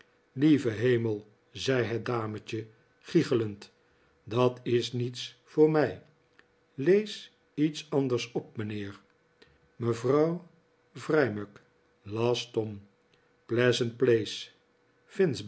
lieve hemel zei het dametje gichelend dat is niets voor mij lees iets anders op mijnheer mevrouw wrymug las tom pleasant place